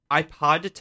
iPod